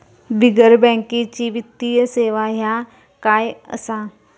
बिगर बँकेची वित्तीय सेवा ह्या काय असा?